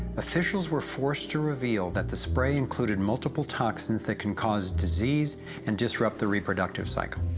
officials were forced to reveal, that the spray included multiple toxins, that can cause disease and disrupt the reproductive cycle.